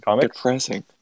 depressing